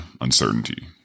uncertainty